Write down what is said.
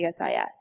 CSIS